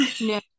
no